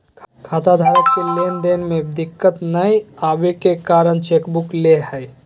खाताधारक के लेन देन में दिक्कत नयय अबे के कारण चेकबुक ले हइ